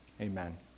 Amen